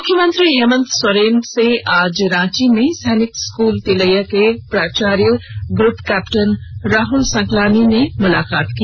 मुख्यमंत्री हेमन्त सोरेन से आज रांची में सैनिक स्कूल तिलैया के प्राचार्य ग्रप कैप्टन राहल सकलानी ने मुलाकात की